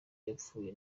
yapfuye